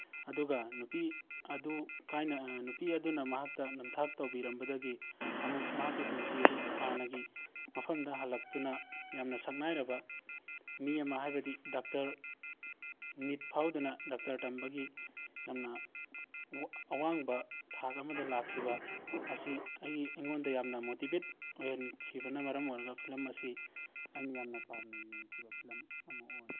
ꯑꯗꯨꯒ ꯅꯨꯄꯤ ꯑꯗꯨ ꯅꯨꯄꯤ ꯑꯗꯨꯅ ꯃꯍꯥꯛꯇ ꯅꯝꯊꯥꯛ ꯇꯧꯕꯤꯔꯝꯕꯗꯒꯤ ꯑꯃꯨꯛ ꯃꯍꯥꯛꯀꯤ ꯄꯨꯟꯁꯤ ꯑꯗꯨ ꯍꯥꯟꯅꯒꯤ ꯃꯐꯝꯗ ꯍꯜꯂꯛꯇꯨꯅ ꯌꯥꯝꯅ ꯁꯛꯅꯥꯏꯔꯕ ꯃꯤ ꯑꯃ ꯍꯥꯏꯕꯗꯤ ꯗꯥꯛꯇꯔ ꯅꯤꯠ ꯐꯥꯎꯗꯨꯅ ꯗꯥꯛꯇꯔ ꯇꯝꯕꯒꯤ ꯌꯥꯝꯅ ꯑꯋꯥꯡꯕ ꯊꯥꯛ ꯑꯃꯗ ꯂꯥꯛꯈꯤꯕ ꯑꯁꯤ ꯑꯩ ꯑꯩꯉꯣꯟꯗ ꯌꯥꯝꯅ ꯃꯣꯇꯤꯕꯦꯠ ꯑꯣꯏꯍꯟꯈꯤꯕꯅ ꯃꯔꯝ ꯑꯣꯏꯔꯒ ꯐꯤꯂꯝ ꯑꯁꯤ ꯑꯩꯅ ꯌꯥꯝꯅ ꯄꯥꯝꯅ ꯌꯦꯡꯈꯤꯕ ꯐꯤꯂꯝ ꯑꯃ ꯑꯣꯏ